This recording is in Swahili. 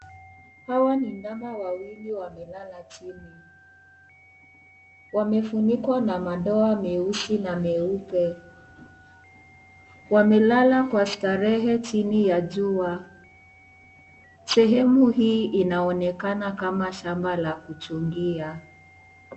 Hawa ni ndama wawili wamelala chini, wamefunikwana madoa meusi na meupe. Wamelala kwa starehe chini ya jua . Sehemu hii inaonekana kama shamba ka kuchungia.